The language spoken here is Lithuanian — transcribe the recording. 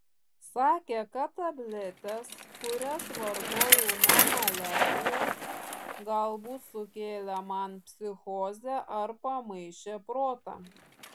sakė kad tabletės kurias vartojau nuo maliarijos galbūt sukėlė man psichozę ar pamaišė protą